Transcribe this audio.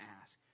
ask